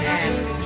ask